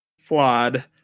flawed